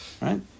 Right